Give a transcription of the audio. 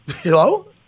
hello